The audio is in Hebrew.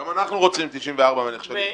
יולי גם אנחנו רוצים 94 מהנכשלים.